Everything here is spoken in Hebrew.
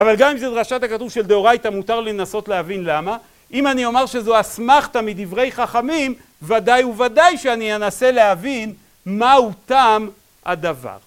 אבל גם אם זו דרשת הכתוב של דאורייתא מותר לי לנסות להבין למה. אם אני אומר שזו אסמכתא מדברי חכמים, ודאי וודאי שאני אנסה להבין מהו טעם הדבר